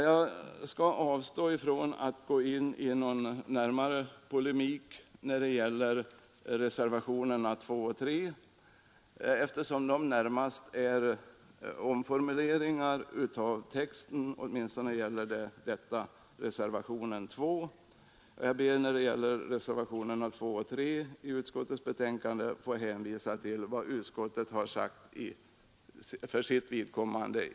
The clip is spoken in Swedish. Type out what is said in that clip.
Jag skall avstå från att gå in i någon närmare polemik när det gäller reservationerna 2 och 3, eftersom de närmast är omformuleringar av texten. Åtminstone gäller detta reservationen 2. Jag ber när det gäller reservationerna 2 och 3 till utskottets betänkande att få hänvisa till vad utskottet har anfört.